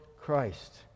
Christ